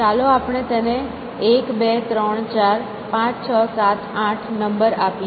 ચાલો આપણે તેને 1 2 3 4 5 6 7 8 નંબર આપીએ